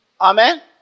Amen